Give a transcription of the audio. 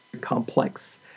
complex